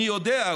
אני יודע",